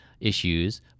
issues